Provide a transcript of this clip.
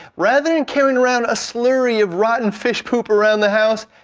rather than carrying around a slurry of rotten fish poop around the house.